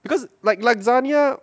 because like lasagna